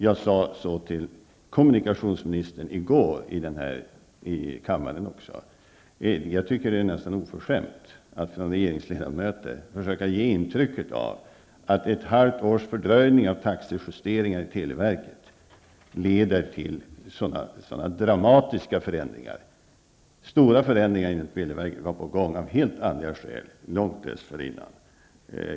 Jag sade i går i kammaren till kommunikationsministern att jag tycker att det är nästan oförskämt att regeringsledamöter försöker ge intryck av att ett halvt års fördröjning av televerkets taxejusteringar leder till sådana dramatiska förändringar. Stora förändringar inom televerket var på gång av helt andra skäl långt dessförinnan.